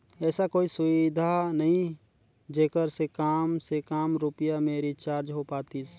ऐसा कोई सुविधा नहीं जेकर मे काम से काम रुपिया मे रिचार्ज हो पातीस?